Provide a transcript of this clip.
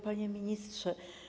Panie Ministrze!